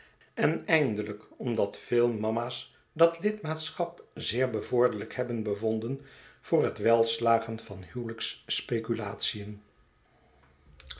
en eindelijk omdat veel mama's dat lidmaatschap zeer bevorderlijk hebben bevonden voor het welslagen van huwelijksspeculatien